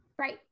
right